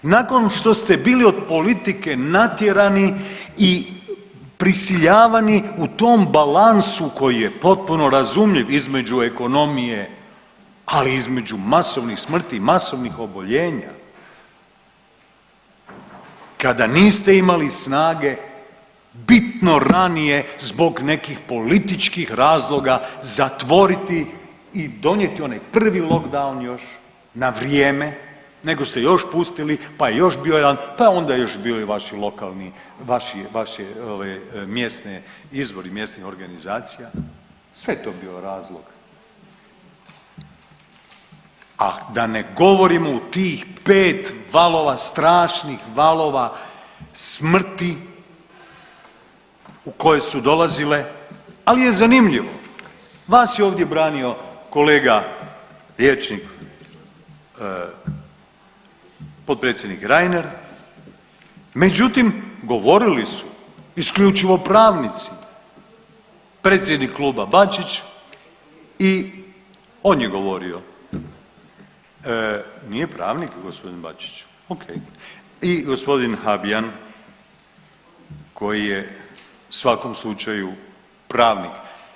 Nakon što ste bili od politike natjerani i prisiljavani u tom balansu koji je potpuno razumljiv između ekonomije, ali i između masovnih smrti i masovnih oboljenja kada niste imali snage bitno ranije zbog nekih političkih razloga zatvoriti i donijeti onaj prvi lockdown još na vrijeme nego ste još pustili, pa je još bio jedan, pa je onda još bio i vaši lokalni, vaši, vaši, ovaj mjesne, izbori mjesnih organizacija, sve je to bio razlog, a da ne govorimo u tih 5 valova, strašnih valova smrti u kojoj su dolazile, ali je zanimljivo, vas je ovdje branio kolega liječnik potpredsjednik Reiner, međutim govorili su isključivo pravnici predsjednik kluba Bačić i on je govorio, nije pravnik g. Bačić, okej i g. Habijan koji je u svakom slučaju pravnik.